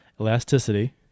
elasticity